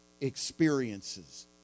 experiences